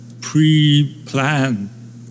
pre-plan